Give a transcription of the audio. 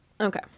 Okay